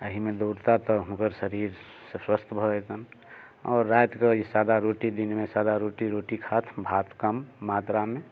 अहिमे दौड़ता तऽ हुनकर शरीर स्वस्थ भऽ जेतनि आओर रातिके ई सादा रोटी आओर दिनके सादा रोटी रोटी खाथु भात कम मात्रामे